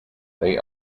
they